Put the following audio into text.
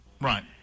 Right